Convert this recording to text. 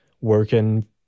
working